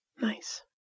Nice